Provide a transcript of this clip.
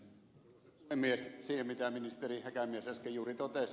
puutun siihen mitä ministeri häkämies äsken juuri totesi